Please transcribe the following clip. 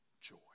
joy